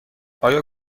آیا